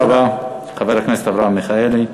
תודה רבה, חבר הכנסת אברהם מיכאלי.